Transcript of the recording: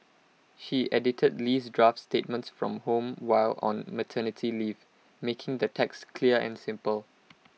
she edited Lee's draft statements from home while on maternity leave making the text clear and simple